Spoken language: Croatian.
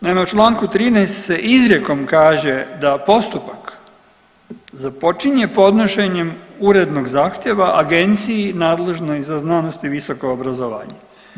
Naime u čl. 13 se izrijekom kaže da postupak započinje podnošenje urednog zahtjeva agenciji nadležnoj za znanost i visoko obrazovanje.